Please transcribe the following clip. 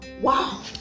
Wow